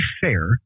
fair